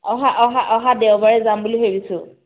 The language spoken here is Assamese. অহা অহা অহা দেওবাৰে যাম বুলি ভাবিছোঁ